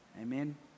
Amen